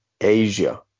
Asia